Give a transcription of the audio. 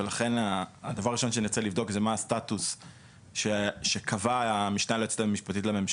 ולכן הדבר הראשון שנרצה לבדוק זה מה הסטטוס שקבעה המשנה ליועמ"ש לממשלה,